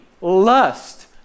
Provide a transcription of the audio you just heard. lust